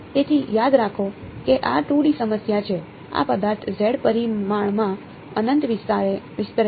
તેથી યાદ રાખો કે આ 2D સમસ્યા છે આ પદાર્થ પરિમાણમાં અનંત વિસ્તરે છે